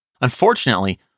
Unfortunately